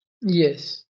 Yes